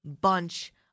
bunch